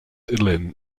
linn